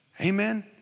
Amen